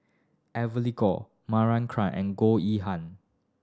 Evely Goh and Goh Yihan